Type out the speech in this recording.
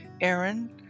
Aaron